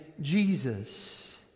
Jesus